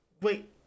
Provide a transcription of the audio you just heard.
Wait